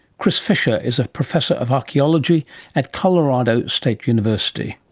chris fisher is a professor of archaeology at colorado state university.